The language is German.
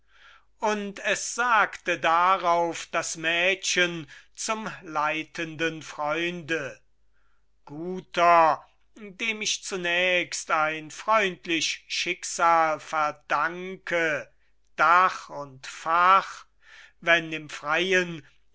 und es sagte darauf das mädchen zum leitenden freunde guter dem ich zunächst ein freundlich schicksal verdanke dach und fach wenn im freien